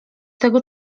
tego